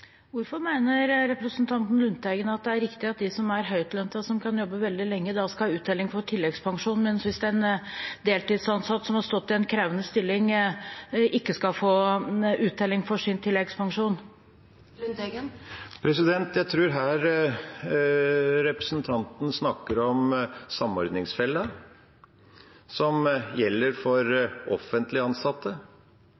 Hvorfor mener representanten Lundteigen at det er riktig at de som er høytlønte, og som kan jobbe veldig lenge, skal ha uttelling for tilleggspensjonen, mens en deltidsansatt som har stått i en krevende stilling, ikke skal få uttelling for sin tilleggspensjon? Jeg tror representanten her snakker om samordningsfellen, som gjelder for